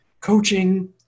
coaching